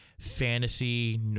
fantasy